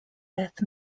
death